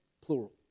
plural